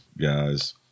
guys